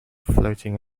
floating